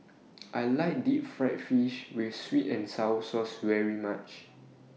I like Deep Fried Fish with Sweet and Sour Sauce very much